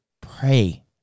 pray